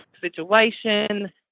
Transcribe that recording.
situation